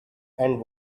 and